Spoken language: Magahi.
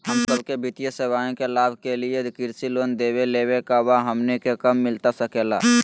हम सबके वित्तीय सेवाएं के लाभ के लिए कृषि लोन देवे लेवे का बा, हमनी के कब मिलता सके ला?